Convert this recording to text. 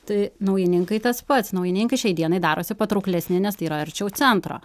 tai naujininkai tas pats naujininkai šiai dienai darosi patrauklesni nes tai yra arčiau centro